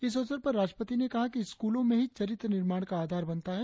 इस अवसर पर राष्ट्रपति ने कहा कि स्कूलों में ही चरित्र निर्माण का आधार बनता है